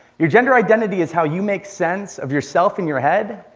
your gender identity is how you make sense of yourself in your head,